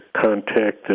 contact